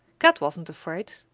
kat wasn't afraid.